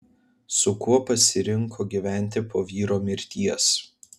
su kuo pasirinko gyventi po vyro mirties